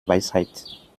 weisheit